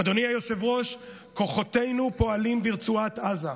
אדוני היושב-ראש, כוחותינו פועלים ברצועת עזה.